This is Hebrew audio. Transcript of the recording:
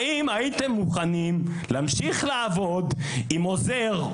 האם הייתם מוכנים להמשיך לעבוד עם עוזר,